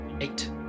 Eight